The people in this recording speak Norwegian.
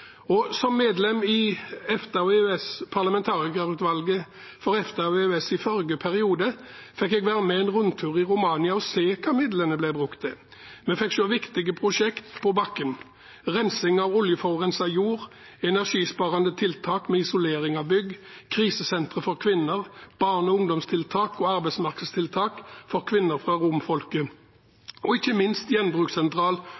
Som medlem i parlamentarikerutvalget for EFTA og EØS i forrige periode fikk jeg være med på en rundtur i Romania og se hva midlene ble brukt til. Vi fikk se viktige prosjekt på bakken: rensing av oljeforurenset jord, energisparende tiltak med isolering av bygg, krisesentre for kvinner, barne- og ungdomstiltak og arbeidsmarkedstiltak for kvinner fra